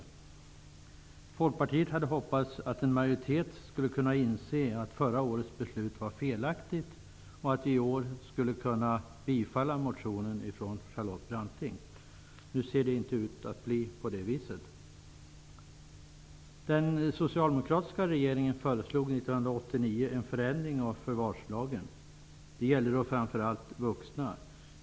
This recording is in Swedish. Vi i Folkpartiet hoppades att en majoritet skulle inse att förra årets beslut var felaktigt och att i år skulle majoriteten kunna bifalla Charlotte Brantings motion. Nu ser det inte ut att bli så. en förändring av förvarslagen. Den gällde framför allt vuxna.